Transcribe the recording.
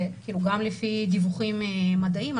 גם לפי דיווחים מדעיים,